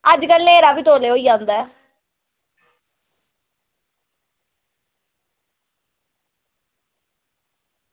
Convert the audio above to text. अज्जकल न्हेरा बी तौला होई जंदा